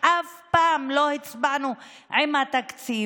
אף פעם לא הצבענו עם התקציב,